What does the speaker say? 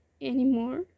anymore